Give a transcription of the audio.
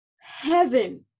heaven